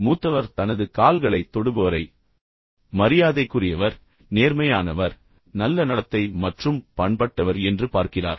மூத்தவர் தனது கால்களைத் தொடுபவரை மரியாதைக்குரியவர் நேர்மையானவர் நல்ல நடத்தை மற்றும் பண்பட்டவர் என்று பார்க்கிறார்